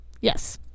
Yes